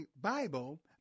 Bible